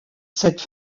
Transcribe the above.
cette